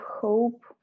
hope